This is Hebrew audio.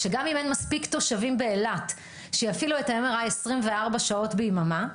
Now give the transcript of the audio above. שגם אם אין מספיק תושבים באילת שיפעילו את ה-MRI 24 שעות ביממה,